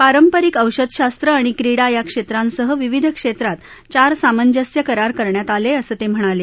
पारंपरिक औषधशास्त्र आणि क्रीडा या क्षेत्रांसह विविध क्षेत्रात चार सामंजस्य करार करण्यात आले असं ते म्हणाले